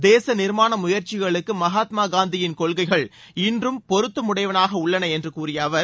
தேச நிர்மாண முயற்சிகளுக்கு மகாத்மா காந்தியின் கொள்கைகள் இன்றும் பொறுத்தமுடையனவாக உள்ளன என்று கூறிய அவர்